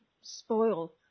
spoil